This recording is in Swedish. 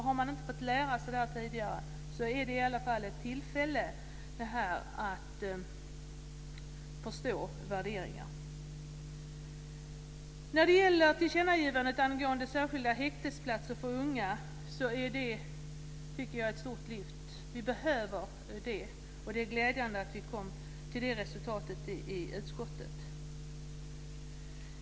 Har man inte fått lära sig det tidigare finns här i alla fall ett tillfälle när det gäller att förstå värderingar. Tillkännagivandet angående särskilda häktesplatser för unga tycker jag är ett stort lyft. Vi behöver detta och det är därför glädjande att vi kom till det resultatet i utskottet.